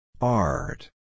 Art